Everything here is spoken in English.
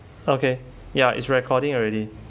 okay ya is recording already